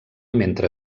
mentre